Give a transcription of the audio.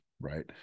right